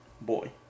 boy